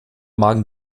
magen